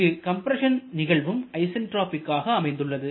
இங்கு கம்ப்ரஸன் நிகழ்வும் ஐசன்ட்ராபிக் ஆக அமைந்துள்ளது